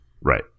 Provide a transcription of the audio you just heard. right